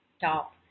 top